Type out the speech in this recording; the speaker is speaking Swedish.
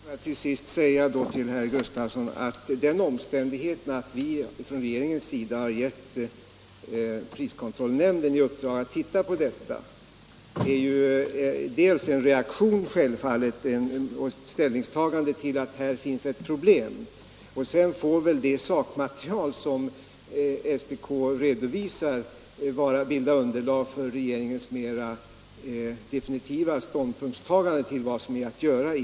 Herr talman! Får jag säga till herr Gustavsson i Nässjö att den omständigheten att regeringen gett priskontrollnämnden i uppdrag att se på detta självfallet är en reaktion och ett ställningstagande till att här finns problem, men sedan får väl det sakmaterial som SPK redovisar bilda underlag för regeringens mera definitiva ståndpunktstagande till vad som bör göras.